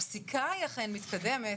הפסיקה היא אכן מתקדמת,